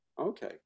Okay